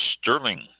Sterling